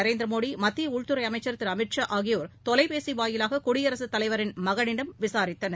நரேந்திர மோடி மத்திய உள்துறை அமைச்சர் திரு அமித் ஷா ஆகியோர் தொலைபேசி வாயிலாக குடியரசுத் தலைவரின் மகனிடம் விசாரித்தனர்